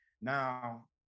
Now